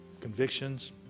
convictions